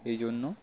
এই জন্য